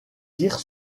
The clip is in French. tire